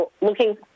looking